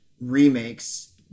remakes